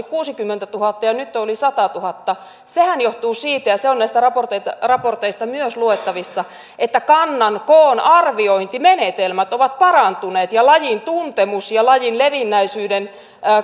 kuusikymmentätuhatta ja nyt on yli satatuhatta johtuu siitä ja se on näistä raporteista raporteista myös luettavissa että kannan koon arviointimenetelmät ovat parantuneet ja lajin tuntemus ja lajin levinneisyyden